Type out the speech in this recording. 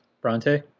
Bronte